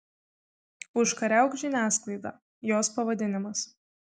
užkariauk žiniasklaidą jos pavadinimas